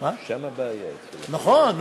נכון.